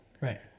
Right